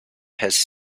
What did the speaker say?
his